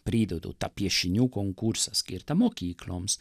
pridedu tą piešinių konkursą skirtą mokykloms